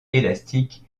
élastiques